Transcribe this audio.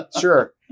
sure